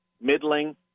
middling